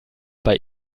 bei